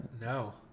no